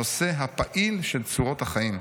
הנושא הפעיל של צורות החיים'.